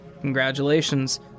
congratulations